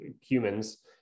humans